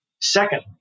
Second